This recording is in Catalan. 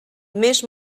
més